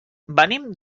venim